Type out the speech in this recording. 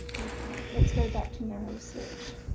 okay let's go back to narrow search.